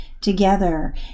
together